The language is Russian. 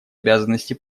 обязанности